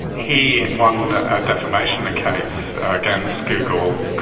he won a defamation case against google.